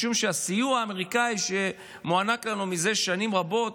משום שהסיוע האמריקאי שמוענק לנו מזה שנים רבות,